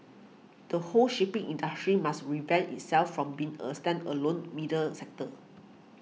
the whole shipping industry must revamp itself from being a stand alone middle sector